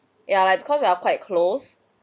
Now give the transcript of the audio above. ya lah because we are quite close